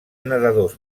nedadors